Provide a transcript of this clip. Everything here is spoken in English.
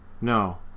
No